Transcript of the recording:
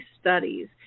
studies